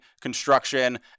construction